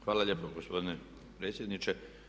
Hvala lijepo gospodine predsjedniče.